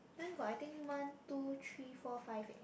then I got I think one two three four five six